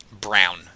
Brown